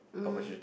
mmhmm